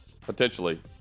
potentially